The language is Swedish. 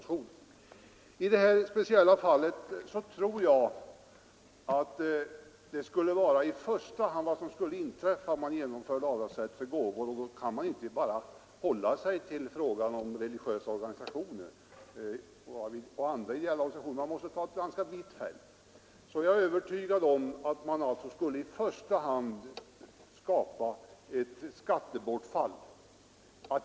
I det här speciella fallet tror jag att om man genomförde avdragsrätt för gåvor — och man kan då inte bara hålla sig till frågan om religiösa organisationer och andra ideella organisationer utan måste ta med ett ganska vitt fält — så skulle man i första hand skapa ett skattebortfall.